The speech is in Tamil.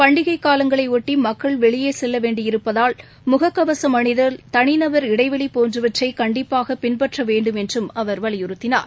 பண்டிகைக்காலங்களைஒட்டிமக்கள்வெளியேசெல்லவேண்டியிருப்பதால் முகக்கவசம் அனிதல் தனிநபர் இடைவெளிபோன்றவற்றைகண்டிப்பாகபின்பற்றவேண்டும் என்றும் அவர் வலியுறுத்தியுள்ளார்